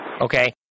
Okay